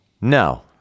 no